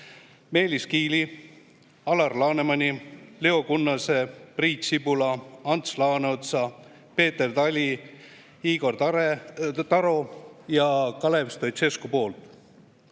Meelis Kiili, Alar Laneman, Leo Kunnas, Priit Sibul, Ants Laaneots, Peeter Tali, Igor Taro, Kalev Stoicescu,